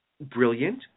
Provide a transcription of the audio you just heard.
brilliant